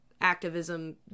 activism